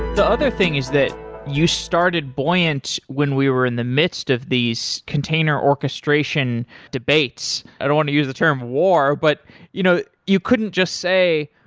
the other thing is that you started buoyant when we were in the midst of these container orchestration debates. i don't want to use the term war, but you know you couldn't just say,